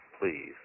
Please